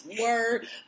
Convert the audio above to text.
word